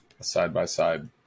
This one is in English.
side-by-side